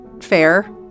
fair